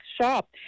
shop